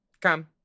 Come